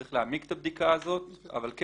את הבדיקה הזאת צריך להעמיק אבל כן